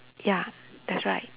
ya that's right